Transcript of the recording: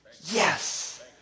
yes